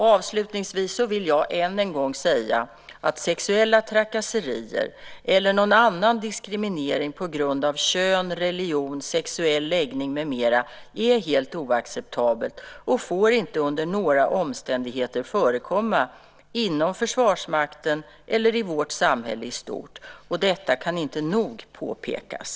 Avslutningsvis vill jag än en gång säga att sexuella trakasserier eller annan diskriminering på grund av kön, religion, sexuell läggning med mera är helt oacceptabelt och får inte under några omständigheter förekomma inom Försvarsmakten eller i vårt samhälle i stort. Detta kan inte nog påpekas.